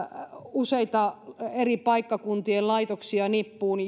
useita eri paikkakuntien laitoksia nippuun